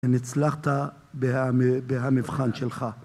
אם הצלחת בהמבחן שלך.